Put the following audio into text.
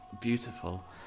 beautiful